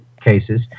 cases